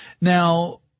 Now